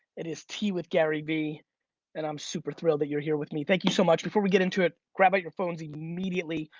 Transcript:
it is tea with gary vee and i'm super thrilled that you're here with me. thank you so much. before we get into it, grab out your phones immediately.